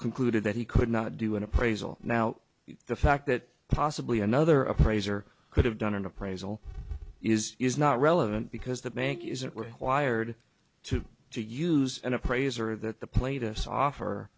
concluded that he could not do an appraisal now the fact that possibly another appraiser could have done an appraisal is is not relevant because the bank isn't required to to use an appraiser that the plaintiffs offer